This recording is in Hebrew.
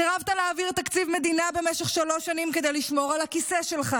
סירבת להעביר תקציב מדינה במשך שלוש שנים כדי לשמור על הכיסא שלך.